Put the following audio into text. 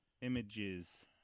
Images